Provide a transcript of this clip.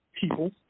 people